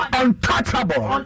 untouchable